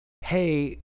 hey